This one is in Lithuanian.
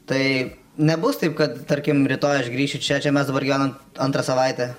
tai nebus taip kad tarkim rytoj aš grįšiu čia čia mes dabar gyvename antrą savaitę